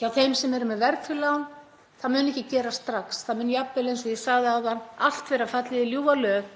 hjá þeim sem eru með verðtryggð lán. Það mun ekki gerast strax. Það mun jafnvel, eins og ég sagði áðan, allt vera fallið í ljúfa löð